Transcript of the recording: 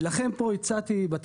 לכן הצעתי פה,